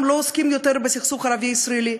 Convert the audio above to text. לא עוסקים יותר בסכסוך הערבי ישראלי.